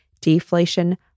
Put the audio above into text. deflation